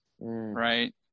right